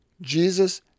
Jesus